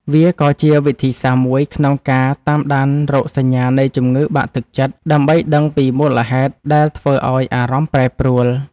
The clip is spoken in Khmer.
វាក៏ជាវិធីសាស្ត្រមួយក្នុងការតាមដានរោគសញ្ញានៃជំងឺបាក់ទឹកចិត្ត ដើម្បីដឹងពីមូលហេតុដែលធ្វើឱ្យអារម្មណ៍ប្រែប្រួល។